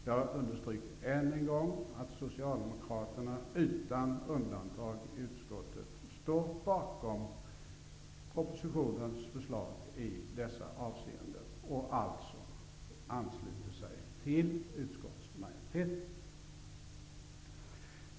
Jag understryker än en gång att socialdemokraterna utan undantag i utskottet står bakom propositionens förslag i dessa avseenden och alltså ansluter sig till utskottsmajoriteten.